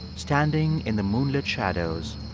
standing in the moonlit shadows,